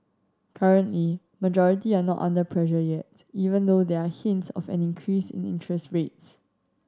currently majority are not under pressure yet even though there are hints of an increase in interest rates